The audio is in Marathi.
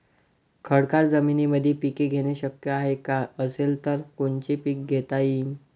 खडकाळ जमीनीमंदी पिके घेणे शक्य हाये का? असेल तर कोनचे पीक घेता येईन?